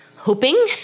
hoping